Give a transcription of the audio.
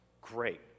Great